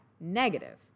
negative